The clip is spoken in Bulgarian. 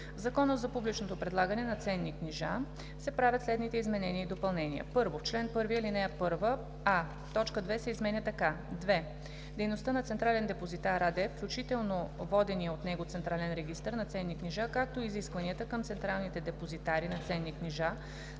Закона за публичното предлагане на ценни книжа (обн., ДВ, бр. ...) се правят следните изменения и допълнения: 1. В чл. 1, ал. 1: а) точка 2 се изменя така: „2. дейността на „Централен депозитар“ АД, включително водения от него централен регистър на ценни книжа“, както и изискванията към централните депозитари на ценни книжа